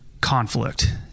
conflict